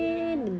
ya